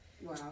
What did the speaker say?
Wow